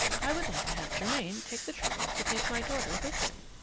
i would like to have germain take the trouble to take my daughter with him.